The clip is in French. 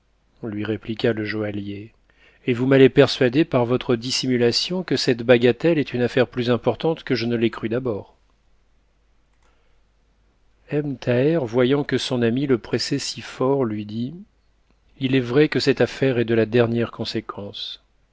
lui répliqua le joaillier et vous m'allez persuader par votre dissimulation que cette bagatelle est une affaire plus importante que je ne l'ai cru d'abord ebn thaher voyant que son ami le pressait si fort lui dit il est vrai que cette affaire est de la dernière conséquence